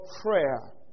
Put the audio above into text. prayer